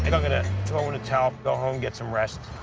i'm gonna throw in the towel, go home, get some rest.